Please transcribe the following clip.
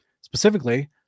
specifically